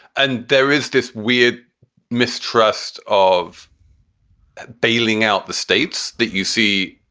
and there is this weird mistrust of bailing out the states that you see,